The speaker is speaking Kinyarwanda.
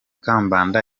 kabandana